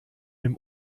dem